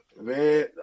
Man